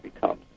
becomes